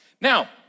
Now